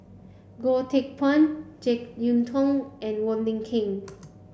Goh Teck Phuan Jek Yeun Thong and Wong Lin Ken